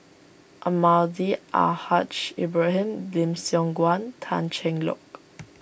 Almahdi Al Haj Ibrahim Lim Siong Guan an Cheng Lock